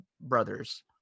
brothers